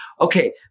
okay